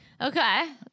Okay